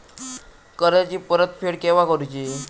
कर्जाची परत फेड केव्हा करुची?